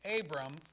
Abram